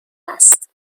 است